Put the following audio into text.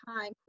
time